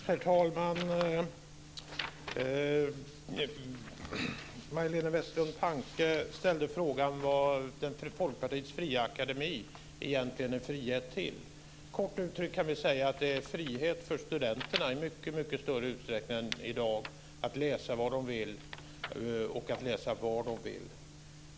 Herr talman! Majléne Westerlund Panke ställde frågan om vad friheten för Folkpartiets fria akademi egentligen är frihet till. Kort uttryckt kan vi säga att det är frihet för studenterna i mycket större utsträckning än i dag att läsa vad de vill och att läsa var de vill.